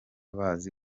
bazi